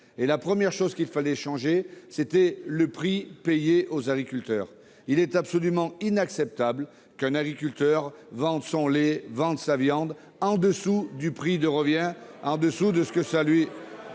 que la première chose à changer, c'était le prix payé aux agriculteurs. Il est absolument inacceptable qu'un agriculteur vende son lait et sa viande au-dessous du prix de revient, de ce que cela lui